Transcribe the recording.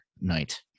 night